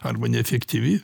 arba neefektyvi